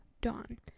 Dawn